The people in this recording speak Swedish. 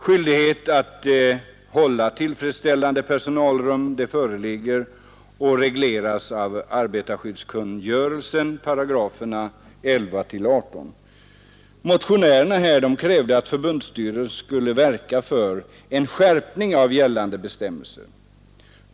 Skyldighet att hålla tillfredsställande personalrum föreskrivs i arbetarskyddskungörelsen, §§ 11—18. Motionärerna på Transports kongress krävde att förbundsstyrelsen skulle verka för en skärpning av gällande bestämmelser.